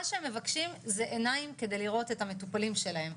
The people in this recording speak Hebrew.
שהם מבקשים זה עיניים כדי לראות את המטופלים שלהם,